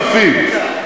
אלפים,